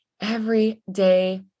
everyday